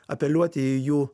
apeliuoti į jų